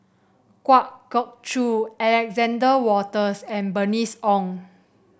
Kwa Geok Choo Alexander Wolters and Bernice Ong